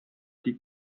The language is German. die